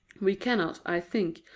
we cannot, i think,